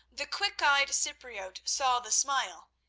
the quick-eyed cypriote saw the smile,